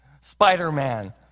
Spider-Man